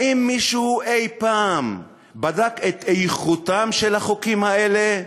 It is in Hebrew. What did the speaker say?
האם מישהו אי-פעם בדק את איכותם של החוקים האלה?